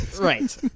Right